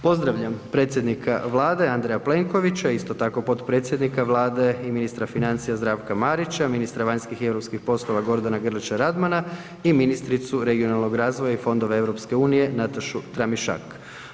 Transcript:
Pozdravljam predsjednika Vlade Andreja Plenkovića, isto tako potpredsjednika Vlade i ministra financija Zdravka Marića, ministra vanjskih i europskih poslova Gordana Grlića Radmana i ministricu regionalnog razvoja i fondova EU Natašu Tramišak.